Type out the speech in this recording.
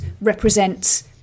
represents